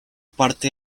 parte